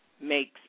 makes